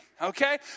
Okay